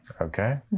Okay